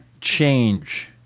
change